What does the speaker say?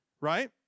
right